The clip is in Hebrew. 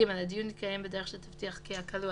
(ג)הדיון יתקיים בדרך שתבטיח כי הכלוא,